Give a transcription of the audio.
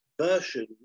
version